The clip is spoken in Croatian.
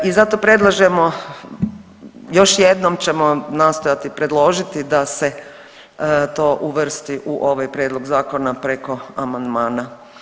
I zato predlažemo, još jednom ćemo nastojati predložiti da se to uvrsti u ovaj prijedlog zakona preko amandmana.